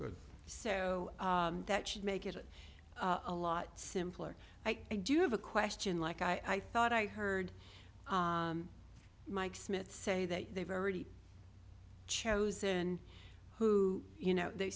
good so that should make it a lot simpler i do have a question like i thought i heard mike smith say that they've already chosen who you know they